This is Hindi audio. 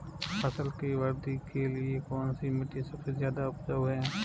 फसल की वृद्धि के लिए कौनसी मिट्टी सबसे ज्यादा उपजाऊ है?